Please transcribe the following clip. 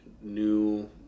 new